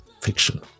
fiction